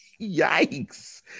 Yikes